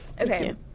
Okay